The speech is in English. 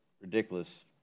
ridiculous